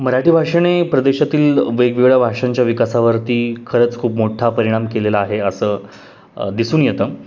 मराठी भाषेने प्रदेशातील वेगवेगळ्या भाषांच्या विकासावरती खरंच खूप मोठा परिणाम केलेला आहे असं दिसून येतं